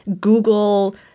Google –